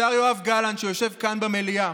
השר יואב גלנט, שיושב כאן במליאה,